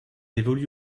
évolue